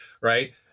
Right